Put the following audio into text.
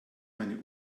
meine